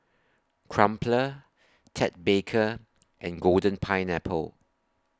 Crumpler Ted Baker and Golden Pineapple